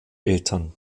eltern